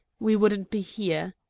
we wouldn't be here!